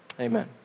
amen